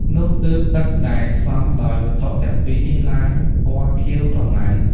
នោះទើបទឹកដែលផ្សំដោយវត្ថុទាំងពីរនេះឡើងពណ៌ខៀវក្រមៅ។